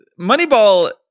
Moneyball